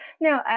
No